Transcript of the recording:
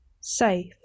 Safe